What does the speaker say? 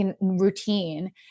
routine